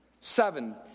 Seven